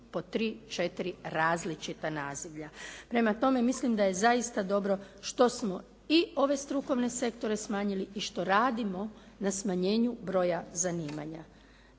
po 3, 4 različita nazivlja. Prema tome mislim da je zaista dobro što smo i ove strukovne sektore smanjili i što radimo na smanjenju broja zanimanja.